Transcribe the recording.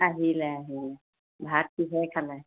আহিলে আহিলে ভাত কিহেৰে খালে